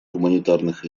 гуманитарных